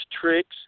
tricks